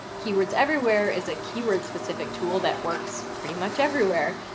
keywords everywhere is a keyword specific tool that works pretty much everywhere.